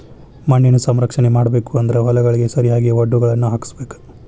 ಮಣ್ಣಿನ ಸಂರಕ್ಷಣೆ ಮಾಡಬೇಕು ಅಂದ್ರ ಹೊಲಗಳಿಗೆ ಸರಿಯಾಗಿ ವಡ್ಡುಗಳನ್ನಾ ಹಾಕ್ಸಬೇಕ